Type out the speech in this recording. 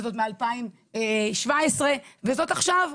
זאת מ-2017 וזאת עכשיו,